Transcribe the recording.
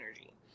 energy